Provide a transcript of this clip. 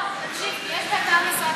לא, תקשיב, יש באתר משרד